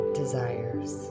desires